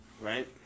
Right